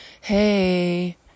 hey